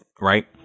Right